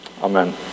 Amen